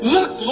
Look